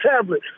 tablet